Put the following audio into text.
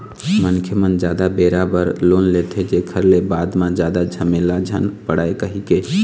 मनखे मन जादा बेरा बर लोन लेथे, जेखर ले बाद म जादा झमेला झन पड़य कहिके